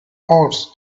hours